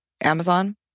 Amazon